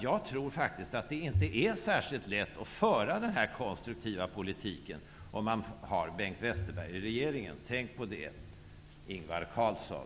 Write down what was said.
Jag tror faktiskt att det inte är särskilt lätt att föra den här konstruktiva politiken om man har Bengt Westerberg i regeringen. Tänk på det, Ingvar Carlsson!